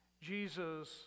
Jesus